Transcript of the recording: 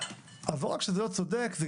אלא זה גם לא חכם.